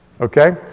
Okay